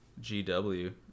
GW